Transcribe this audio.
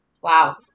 Wow